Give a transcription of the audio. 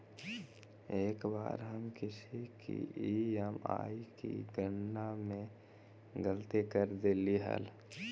एक बार हम किसी की ई.एम.आई की गणना में गलती कर देली हल